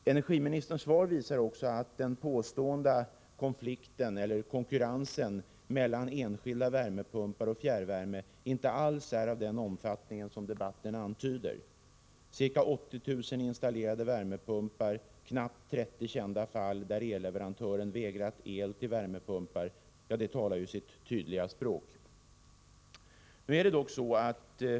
Energiministerns svar visar också att den påstådda konkurrensen mellan enskilda värmepumpar och fjärrvärme inte alls är av den omfattning som debatten antyder. Ca 80 000 installerade värmepumpar och knappt 30 kända fall, där elleverantören har vägrat el till värmepumpar, talar sitt tydliga språk.